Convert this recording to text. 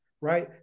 right